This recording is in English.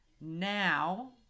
now